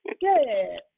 Good